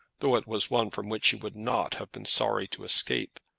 though it was one from which he would not have been sorry to escape,